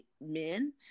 men